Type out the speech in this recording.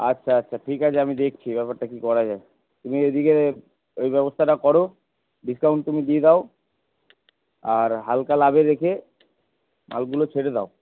আচ্ছা আচ্ছা ঠিক আছে আমি দেখছি ব্যাপারটা কি করা যায় তুমি এদিকের এই ব্যবস্থাটা করো ডিসকাউন্ট তুমি দিয়ে দাও আর হালকা লাভে রেখে মালগুলো ছেড়ে দাও